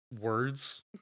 words